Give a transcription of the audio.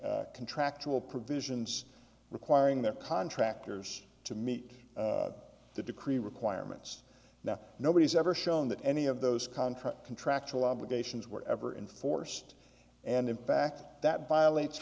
contractual provisions requiring their contractors to meet the decree requirements now nobody's ever shown that any of those contract contractual obligations were ever enforced and in fact that violates